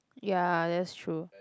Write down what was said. ya that's true